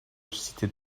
seated